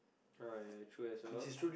ah ya true as well